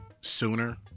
sooner